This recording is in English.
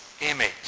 image